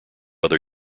other